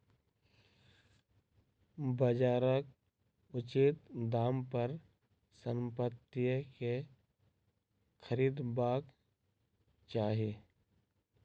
बजारक उचित दाम पर संपत्ति के खरीदबाक चाही